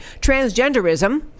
transgenderism